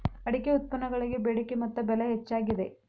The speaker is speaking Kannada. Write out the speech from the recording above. ಅಡಿಕೆ ಉತ್ಪನ್ನಗಳಿಗೆ ಬೆಡಿಕೆ ಮತ್ತ ಬೆಲೆ ಹೆಚ್ಚಾಗಿದೆ